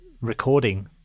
recording